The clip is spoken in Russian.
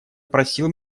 просил